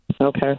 Okay